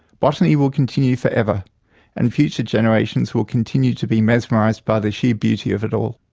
botany will continue forever and future generations will continue to be mesmerised by the sheer beauty of it all.